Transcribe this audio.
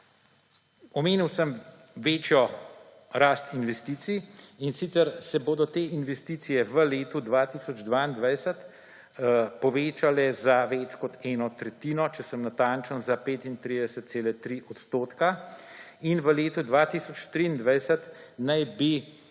Omenil sem večjo rast investicij, in sicer se bodo te investicije v letu 2022 povečale za več kot eno tretjino, če sem natančen, za 35,3 odstotka, in v letu 2023 naj bi